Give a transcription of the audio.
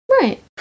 right